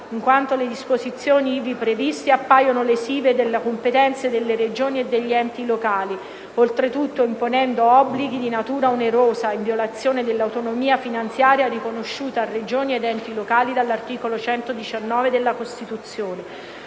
in quanto le disposizioni ivi previste appaiono lesive delle competenze delle Regioni e degli enti locali, oltretutto imponendo obblighi di natura onerosa, in violazione dell'autonomia finanziaria riconosciuta a Regioni ed enti locali dall'articolo 119 della Costituzione;